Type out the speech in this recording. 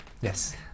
Yes